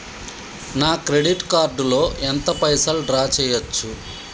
నా credit card లో ఎంత పైసల్ డ్రా చేయచ్చు?